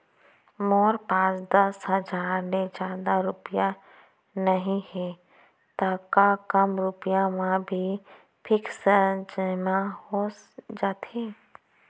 मोर पास दस हजार ले जादा रुपिया नइहे त का कम रुपिया म भी फिक्स जेमा हो जाथे?